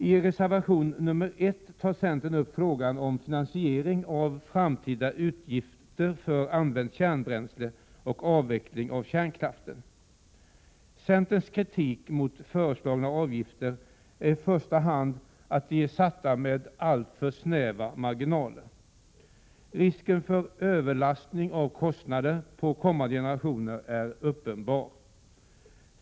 I reservation 1 tar centern upp frågan om finansiering av framtida utgifter för använt kärnbränsle och avveckling av kärnkraften. Centerns kritik mot föreslagna avgifter är i första hand att de är satta med alltför snäva marginaler. Risken för en överlastning av kostnader på kommande generationer är uppenbar.